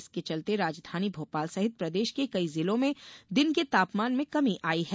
इसके चलते राजधानी भोपाल सहित प्रदेश के कई जिलों में दिन के तापमान में कमी आई है